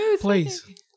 Please